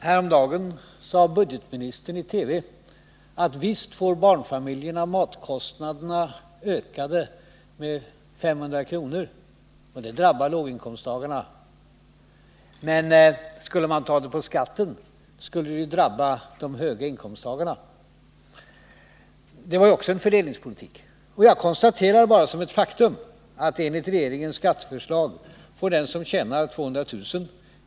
Herr talman! Häromdagen sade budgetministern i TV, att visst får barnfamiljerna matkostnaderna ökade med 500 kr., och det drabbar låginkomsttagarna. Men skulle man ta det på skatten skulle det drabba dem som har höga inkomster. Det var också en fördelningspolitik! Jag konstaterar bara som ett faktum, att enligt regeringens skatteförslag får den som tjänar 200 000 kr.